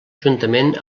juntament